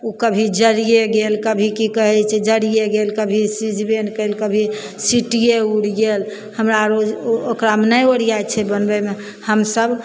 उ कभी जरिये गेल कभी की कहय छै जरिये गेल कभी सीझबे नहि कयल कभी सीटिये उड़ि गेल हमरा ओकरामे नहि ओरियाइ छै बनबयमे हमसब